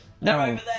No